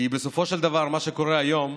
כי בסופו של דבר מה שקורה היום,